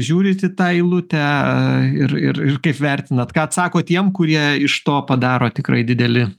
žiūrit į tą eilutę ir ir ir kaip vertinat ką atsakot tiem kurie iš to padaro tikrai didelį